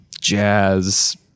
jazz